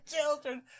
children